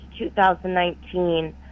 2019